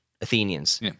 Athenians